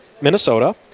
Minnesota